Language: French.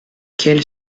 quelle